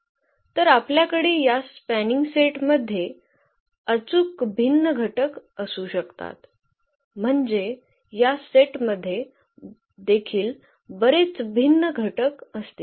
तर आपल्याकडे या स्पॅनिंग सेट मध्ये अचूक भिन्न घटक असू शकतात म्हणजे या सेटमध्ये देखील बरेच भिन्न घटक असतील